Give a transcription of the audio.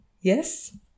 Yes